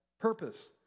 purpose